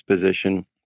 position